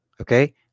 okay